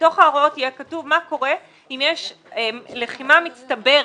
בתוך ההוראות יהיה כתוב מה קורה אם יש לחימה מצטברת.